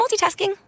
multitasking